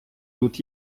тут